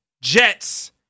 Jets